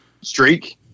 streak